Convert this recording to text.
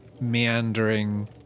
meandering